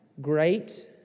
Great